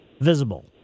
Visible